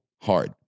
hard